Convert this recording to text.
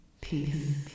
peace